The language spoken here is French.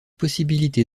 possibilité